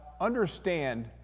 understand